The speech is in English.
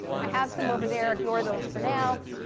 i have some over there. ignore those for now.